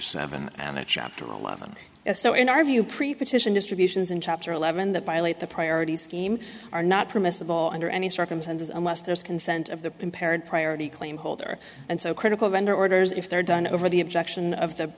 seven and a chapter eleven so in our view pre partition distributions in chapter eleven that violate the priority scheme are not permissible under any circumstances unless there is consent of the impaired priority claim holder and so critical vendor orders if they're done over the objection of the